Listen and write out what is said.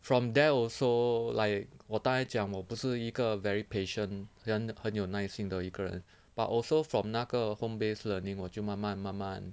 from there also like 我刚才讲我不是一个 very patient 很很有耐心的一个人 but also from 那个 home based learning 我就慢慢慢慢